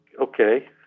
okay